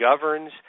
governs